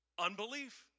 Unbelief